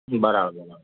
હમ બરાબર બરા